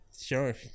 sure